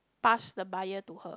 passed the buyer to her